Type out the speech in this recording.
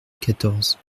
quatorze